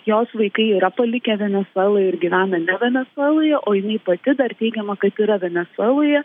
jos vaikai yra palikę venesuelą ir gyvena ne venesueloje o jinai pati dar teigiama kad yra venesueloje